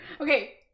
Okay